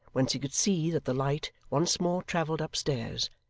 whence he could see that the light once more travelled upstairs,